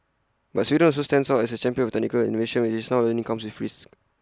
but Sweden also stands out as A champion of technological innovation which it's now learning comes with risks